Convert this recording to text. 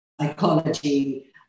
psychology